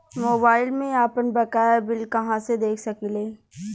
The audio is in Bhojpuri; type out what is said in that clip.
मोबाइल में आपनबकाया बिल कहाँसे देख सकिले?